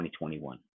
2021